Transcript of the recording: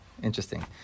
Interesting